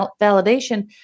validation